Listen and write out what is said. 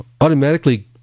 automatically